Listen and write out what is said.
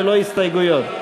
ללא הסתייגויות?